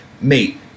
mate